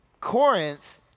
Corinth